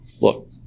Look